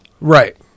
Right